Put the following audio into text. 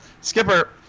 Skipper